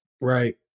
right